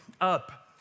up